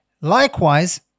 Likewise